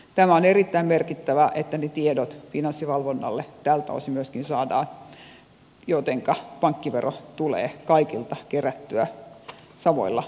tämä on erittäin merkittävää että ne tiedot finanssivalvonnalle tältä osin myöskin saadaan jotenka pankkivero tulee kaikilta kerättyä samoilla pelisäännöillä